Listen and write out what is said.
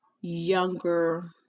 younger